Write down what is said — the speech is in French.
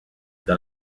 dans